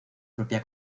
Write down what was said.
propia